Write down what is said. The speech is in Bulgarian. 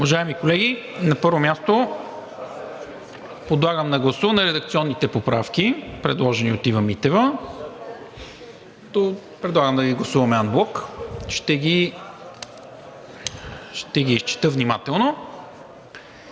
Уважаеми колеги, на първо място подлагам на гласуване редакционните поправки, предложени от Ива Митева. Предлагам да ги гласуваме анблок. Ще ги изчета внимателно.